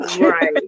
Right